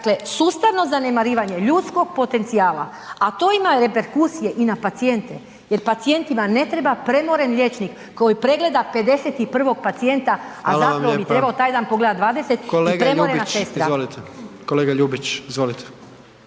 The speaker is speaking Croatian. Dakle, sustavno zanemarivanje ljudskog potencijala, a to ima reperkusije i na pacijente, jer pacijentima ne treba premoren liječnik koji pregleda 51 pacijenta, a zapravo bi trebao taj dan …/Upadica: Hvala vam lijepa./… pogledati 20 i